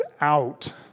out